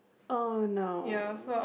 oh no